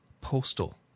Postal